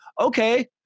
Okay